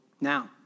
Now